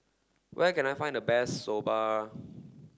where can I find the best Soba